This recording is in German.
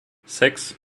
sechs